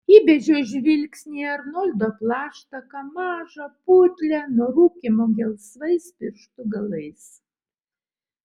įbedžiau žvilgsnį į arnoldo plaštaką mažą putlią nuo rūkymo gelsvais pirštų galais